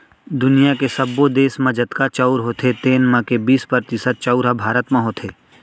दुनियॉ के सब्बो देस म जतका चाँउर होथे तेन म के बीस परतिसत चाउर ह भारत म होथे